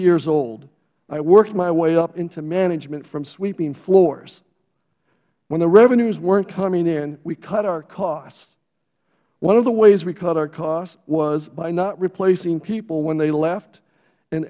years old i worked my way up into management from sweeping floors when the revenues weren't coming in we cut our costs one of the ways we cut our costs was by not replacing people when they left and